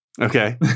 Okay